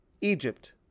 Egypt